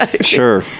Sure